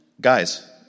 guys